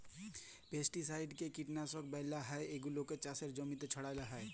পেস্টিসাইডকে কীটলাসক ব্যলা হ্যয় এবং এগুলা চাষের জমিল্লে ছড়াল হ্যয়